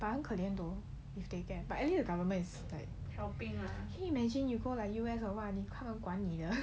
but 很可怜 though if they get at least the government is can you imagine you go U_S 他们不管你的